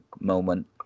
moment